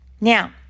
Now